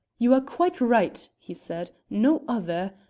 you are quite right, he said no other.